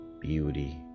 beauty